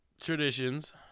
traditions